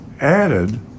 added